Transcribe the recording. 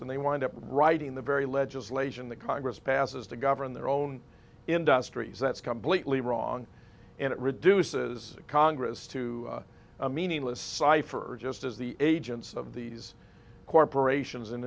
and they wind up writing the very legislation that congress passes to govern their own industries that's completely wrong and it reduces congress to a meaningless cipher are just as the agents of these corporations and